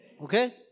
Okay